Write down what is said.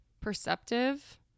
perceptive